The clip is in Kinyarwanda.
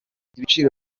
ibiciro